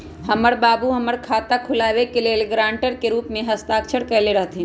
हमर बाबू हमर बैंक खता खुलाबे के लेल गरांटर के रूप में हस्ताक्षर कयले रहथिन